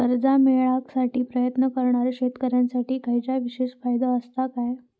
कर्जा मेळाकसाठी प्रयत्न करणारो शेतकऱ्यांसाठी खयच्या विशेष फायदो असात काय?